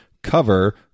cover